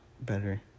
better